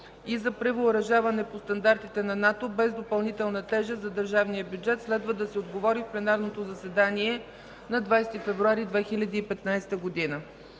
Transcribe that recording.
и за превъоръжаване по стандартите на НАТО без допълнителна тежест за държавния бюджет. Следва да се отговори в пленарното заседание на 20 февруари 2015 г.